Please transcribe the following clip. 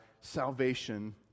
salvation